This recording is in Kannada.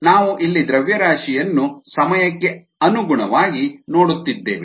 ನಾವು ಇಲ್ಲಿ ದ್ರವ್ಯರಾಶಿಯನ್ನು ಸಮಯಕ್ಕೆ ಅನುಗುಣವಾಗಿ ನೋಡುತ್ತಿದ್ದೇವೆ